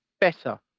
better